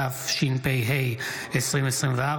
התשפ"ה 2024,